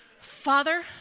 Father